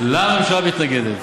למה הממשלה מתנגדת.